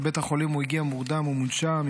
לבית החולים הוא הגיע מורדם ומונשם,